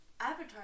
Avatar